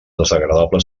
desagradable